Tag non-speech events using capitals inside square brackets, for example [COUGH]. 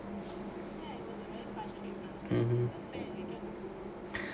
mmhmm [BREATH]